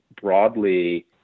broadly